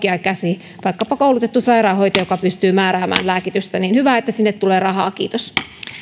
oikea käsi vaikkapa koulutettu sairaanhoitaja joka pystyy määräämään lääkitystä hyvä että sinne tulee rahaa kiitos